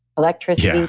electricity,